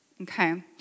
Okay